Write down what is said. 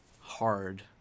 hard